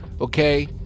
okay